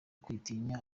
kwitinya